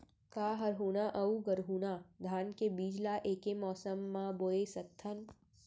का हरहुना अऊ गरहुना धान के बीज ला ऐके मौसम मा बोए सकथन?